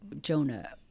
jonah